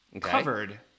Covered